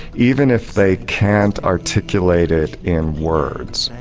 even if they can't articulate it in words.